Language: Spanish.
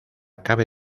cabe